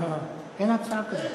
אין הצעה כזאת.